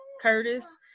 Curtis